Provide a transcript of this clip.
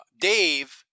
Dave